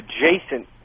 adjacent